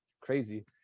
crazy